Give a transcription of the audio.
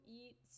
eat